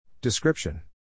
Description